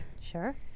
Sure